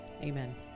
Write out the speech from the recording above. Amen